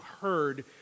heard